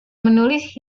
menulis